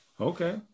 Okay